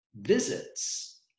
visits